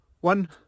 One